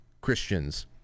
Christians